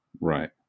Right